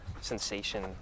sensation